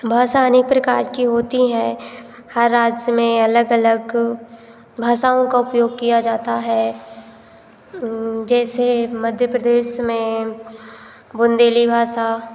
भाषा अनेक प्रकार की होती हैं हर राज्य में अलग अलग भाषाओं का उपयोग किया जाता है जैसे मध्य प्रदेश में बुंदेली भाषा